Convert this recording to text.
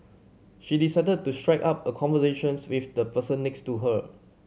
she decided to strike up a conversations with the person next to her